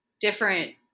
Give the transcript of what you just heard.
different